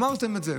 ואמרתם את זה,